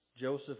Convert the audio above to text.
Joseph